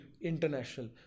International